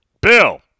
Bill